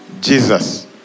Jesus